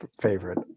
favorite